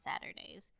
Saturdays